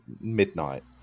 midnight